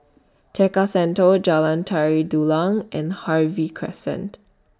Tekka Centre Jalan Tari Dulang and Harvey Crescent